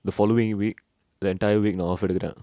the following week the entire week நா:na off எடுத்துட்ட:eduthutta